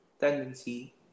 tendency